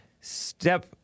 step